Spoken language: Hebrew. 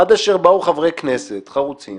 עד אשר באו חברי כנסת חרוצים